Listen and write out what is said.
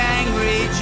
angry